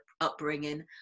upbringing